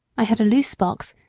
i had a loose box,